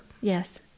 Yes